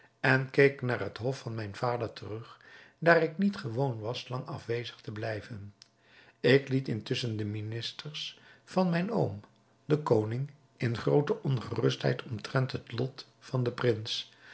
en keerde naar het hof van mijn vader terug daar ik niet gewoon was lang afwezig te blijven ik liet intusschen de ministers van mijn oom den koning in groote ongerustheid omtrent het lot van den prins